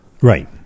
right